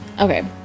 Okay